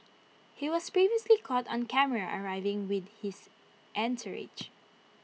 he was previously caught on camera arriving with his entourage